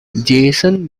jason